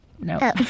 No